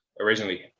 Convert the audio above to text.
originally